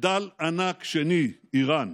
מחדל ענק שני, איראן.